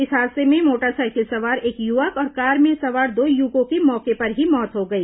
इस हादसे में मोटरसाइकिल सवार एक युवक और कार में सवार दो युवकों की मौके पर ही मौत हो गई